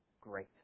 great